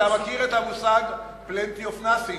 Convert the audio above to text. אתה מכיר את המושג plenty of nothing?